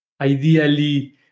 ideally